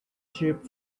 ship